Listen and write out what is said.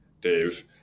dave